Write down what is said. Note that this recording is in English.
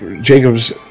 Jacobs